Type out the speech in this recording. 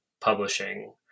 publishing